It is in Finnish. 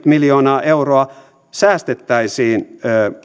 miljoonaa euroa säästettäisiin